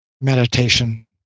meditation